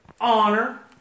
honor